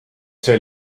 see